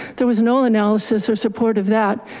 there was no analysis or support of that.